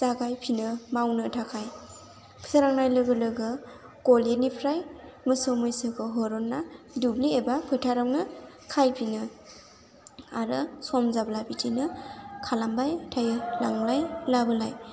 जागायफिनो मावनो थाखाय सोरांनाय लोगो लोगो गलिनिफ्राय मोसौ मैसोखौ होरनना दुब्लि एबा फोथारावनो खाहै फिनो आरो सम जाब्ला बिदिनो खालामबाय थायो लांलाय लाबोलाय